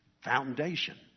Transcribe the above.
foundation